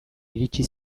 iritsi